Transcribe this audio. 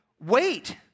wait